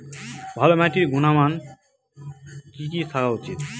ভালো মাটির গুণমান কি কি থাকা উচিৎ?